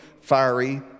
fiery